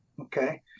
okay